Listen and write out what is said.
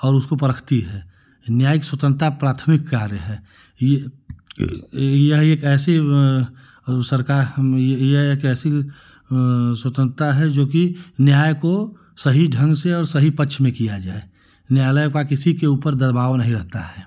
और उसको परखती है न्यायिक स्वतंता प्राथमिक कार्य है यह यह एक ऐसी और वह सरकार यह एक ऐसी स्वतंत्रता है जो कि न्याय को सही ढंग से और सही पच्छ में किया जाए न्यायालयों का किसी के ऊपर दबाव नहीं रहता है